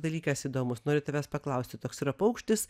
dalykas įdomus noriu tavęs paklausti toks yra paukštis